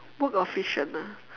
work of fiction ah